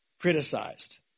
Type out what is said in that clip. criticized